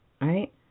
right